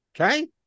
Okay